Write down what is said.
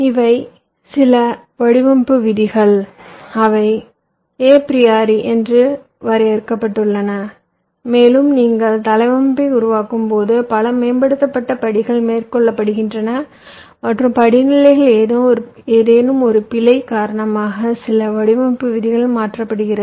இவை சில வடிவமைப்பு விதிகள் அவை அப்ரியோரி என வரையறுக்கப்படுகின்றன மேலும் நீங்கள் தளவமைப்பை உருவாக்கும் போது பல மேம்படுத்தப்பட்ட படிகள் மேற்கொள்ளப்படுகின்றன மற்றும் படிநிலைகளில் ஏதேனும் ஒரு பிழை காரணமாக சில வடிவமைப்பு விதிகள் மீறப்படுகிறது